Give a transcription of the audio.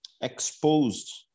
exposed